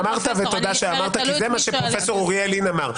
פשוט אני אומרת תלוי את מי שואלים.